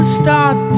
start